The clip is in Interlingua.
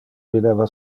videva